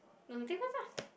no you take first ah